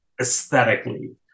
aesthetically